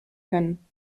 können